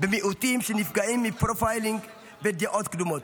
במיעוטים שנפגעים מפרופיילינג ומדעות קדומות.